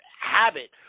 habit